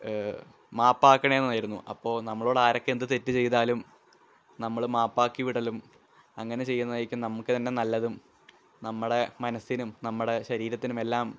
മാപ്പാക്കണേ എന്നായിരുന്നു അപ്പോള് നമ്മളോട് ആരൊക്കെ എന്ത് തെറ്റ് ചെയ്താലും നമ്മള് മാപ്പാക്കി വിടലും അങ്ങനെ ചെയ്യുന്നതായിരിക്കും നമുക്ക് തന്നെ നല്ലതും നമ്മുടെ മനസ്സിനും നമ്മുടെ ശരീരത്തിനുമെല്ലാം